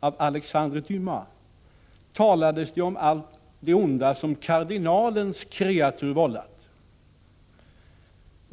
av Alexander Dumas talades om allt det onda som kardinalens kreatur vållat.